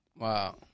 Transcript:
Wow